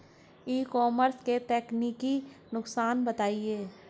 ई commerce के तकनीकी नुकसान बताएं?